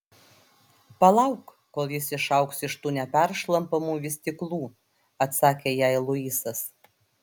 palauk kol jis išaugs iš tų neperšlampamų vystyklų atsakė jai luisas